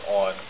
on